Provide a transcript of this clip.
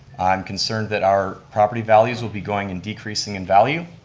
i'm concerned that our property values will be going and decreasing in value.